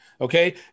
okay